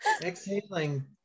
Exhaling